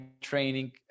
training